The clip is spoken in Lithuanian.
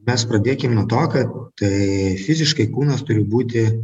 mes pradėkim nuo to kad tai fiziškai kūnas turi būti